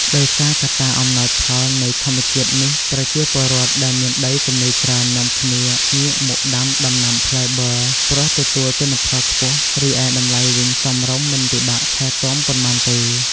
ដោយសារកត្តាអំណោយផលនៃធម្មជាតិនេះប្រជាពលរដ្ឋដែលមានដីទំនេរច្រើននាំគ្នាងាកមកដាំដំណាំផ្លែប័រ ព្រោះទទួលទិន្នផលខ្ពស់ រីឯតម្លៃវិញសមរម្យមិនពិបាកថែទាំប៉ុន្មានទេ។